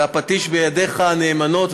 והפטיש בידיך הנאמנות,